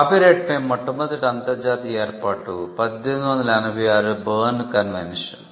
copyright పై మొట్టమొదటి అంతర్జాతీయ ఏర్పాటు 1886 బెర్న్ కన్వెన్షన్